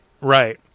Right